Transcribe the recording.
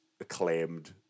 acclaimed